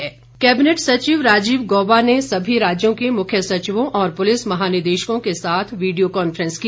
cabinet सचिव cabinet सचिव राजीव गौबा ने सभी राज्यों के मुख्य सचिवों और पुलिस महानिदेशकों के साथ वीडियो कांफ्रेंस की